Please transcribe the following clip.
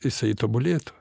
jisai tobulėtų